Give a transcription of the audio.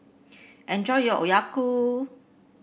enjoy your Oyaku